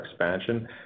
expansion